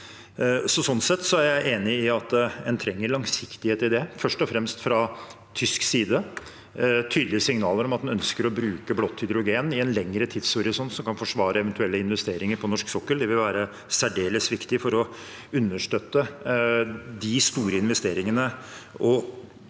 Sånn sett er jeg enig i at en trenger langsiktighet i det, først og fremst fra tysk side – tydelige signaler om at en ønsker å bruke blått hydrogen i en lengre tidshorisont, som kan forsvare eventuelle investeringer på norsk sokkel. Det vil være særdeles viktig for å understøtte de store investeringene